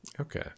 okay